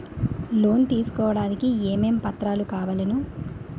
Loan తీసుకోడానికి ఏమేం పత్రాలు కావలెను?